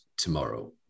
tomorrow